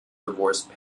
divorced